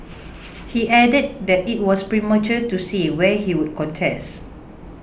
he added that it was premature to say where he would contest